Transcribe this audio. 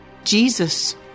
Jesus